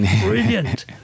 Brilliant